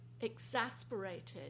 exasperated